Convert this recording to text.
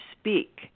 speak